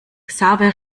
xaver